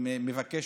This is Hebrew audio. אני מבקש,